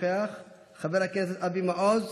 וגם כל אזרח בארץ הזו,